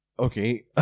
Okay